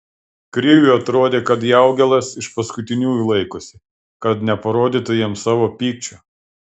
kriviui atrodė kad jaugėlas iš paskutiniųjų laikosi kad neparodytų jiems savo pykčio